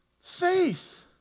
Faith